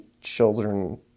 children